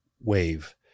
wave